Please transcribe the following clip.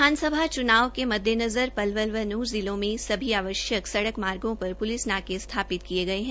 विधानसभा च्नाव के मद्देनज़र पलवल व नूंह जिलों में सभी आवश्यक सड़क मार्गो पर प्लिस नाके स्थापित किए गये है